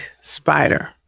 spider